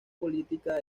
política